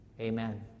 Amen